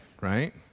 right